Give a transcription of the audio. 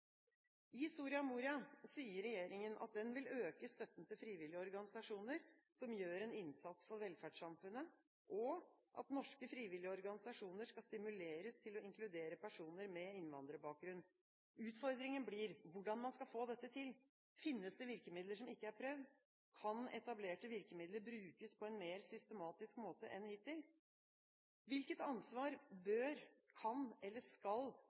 I Soria Moria sier regjeringen at den vil øke støtten til frivillige organisasjoner som gjør en innsats for velferdssamfunnet, og at norske frivillige organisasjoner skal stimuleres til å inkludere personer med innvandrerbakgrunn. Utfordringen blir hvordan man skal få dette til. Finnes det virkemidler som ikke er prøvd? Kan etablerte virkemidler brukes på en mer systematisk måte enn hittil? Hvilket ansvar bør, kan eller skal